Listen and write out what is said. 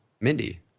Mindy